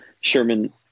Sherman